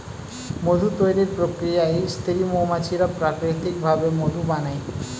মধু তৈরির প্রক্রিয়ায় স্ত্রী মৌমাছিরা প্রাকৃতিক ভাবে মধু বানায়